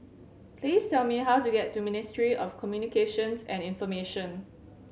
please tell me how to get to Ministry of Communications and Information